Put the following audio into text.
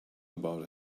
about